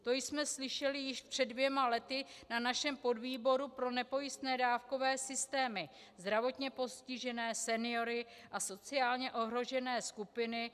To jsme slyšeli již před dvěma lety na našem podvýboru pro nepojistné dávkové systémy, zdravotně postižené seniory a sociálně ohrožené skupiny.